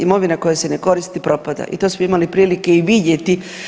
Imovina koja se ne koristi propada i to smo imali prilike i vidjeti.